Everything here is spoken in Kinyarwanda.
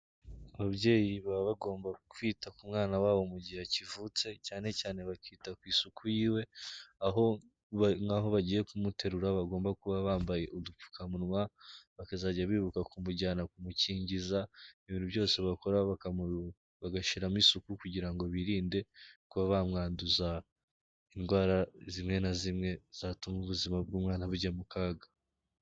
Ababyeyi baba bagomba kwita ku mwana wabo mu gihe kivutse, cyane cyane bakita ku isuku yiwe, aho nk'aho bagiye kumuterura bagomba kuba bambaye udupfukamunwa, bakazajya bibuka kumujyana kumukingiza, ibintu byose bakora bagashiramo isuku kugira ngo birinde kuba bamwanduza indwara zimwe na zimwe zatuma ubuzima bw'umwana bujya mu kaga.